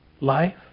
life